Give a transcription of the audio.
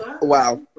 Wow